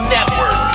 Network